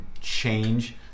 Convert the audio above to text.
change